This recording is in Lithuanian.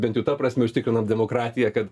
bent jau ta prasme užtikrinom demokratiją kad